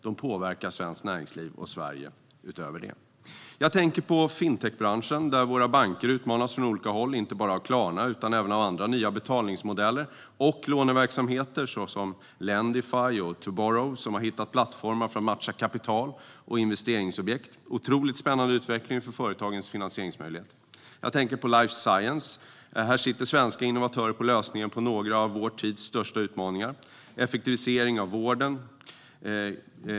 De påverkar svenskt näringsliv och Sverige utöver det. Jag tänker på fintechbranschen. Våra banker utmanas från olika håll, inte bara av Klarna utan även av andra nya betalningsmodeller och låneverksamheter, såsom Lendify och Toborrow, som har hittat plattformar för att matcha kapital och investeringsobjekt. Det sker en otroligt spännande utveckling för företagens finansieringsmöjligheter. Jag tänker på life science. Här sitter svenska innovatörer på lösningar på några av vår tids största utmaningar. Det gäller till exempel effektivisering av vården.